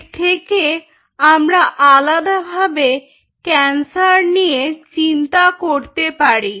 এর থেকে আমরা আলাদাভাবে ক্যান্সার নিয়ে চিন্তা করতে পারি